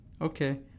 Okay